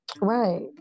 Right